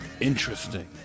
interesting